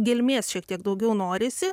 gelmės šiek tiek daugiau norisi